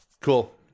cool